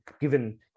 given